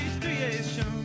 creation